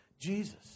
Jesus